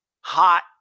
hot